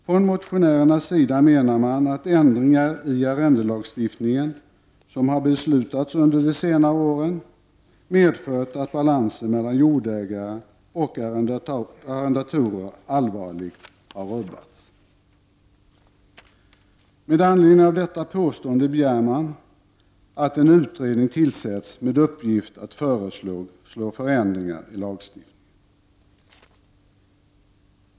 Från motionärernas sida menar man att ändringar i arrendelagstiftningen som har beslutats under de senare åren medfört att balansen mellan jordägare och arrendatorer allvarligt har rubbats. Med anledning av detta påstående begär man att en utredning tillsätts med uppgift att föreslå förändringar i lagstiftningen.